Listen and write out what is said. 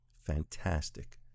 Fantastic